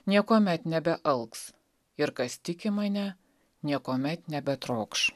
niekuomet nebealks ir kas tiki mane niekuomet nebetrokš